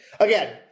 Again